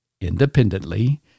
independently